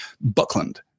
Buckland